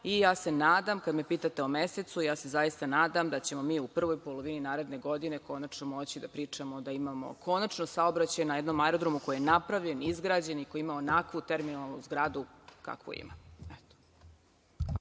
se, kada me pitate o mesecu, zaista se nadam da ćemo mi u prvoj polovini naredne godine konačno moći da pričamo da imamo konačno saobraćaj na jednom aerodromu koji je napravljen, izgrađen i koji ima onakvu terminalnu zgradu kakvu ima.